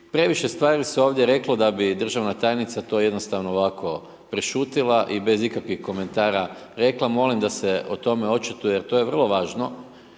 previše stvari se ovdje reklo da bi državna tajnica to jednostavno ovako prešutjela i bez ikakvih komentara rekla, molim se o tome očituje jer to je vrlo važno.